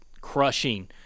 crushing